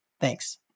Thanks